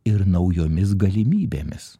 ir naujomis galimybėmis